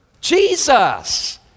Jesus